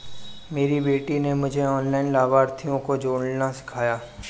मेरी बेटी ने मुझे ऑनलाइन लाभार्थियों को जोड़ना सिखाया